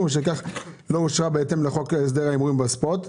ובשל כך לא אושרה בהתאם לחוק הסדר ההימורים בספורט".